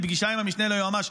לפגישה עם המשנה ליועמ"ש.